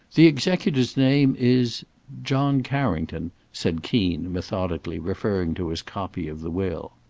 the executor's name is john carrington, said keen, methodically referring to his copy of the will.